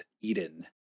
Eden